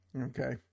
Okay